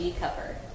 cover